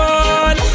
on